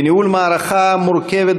וניהול מערכה מורכבת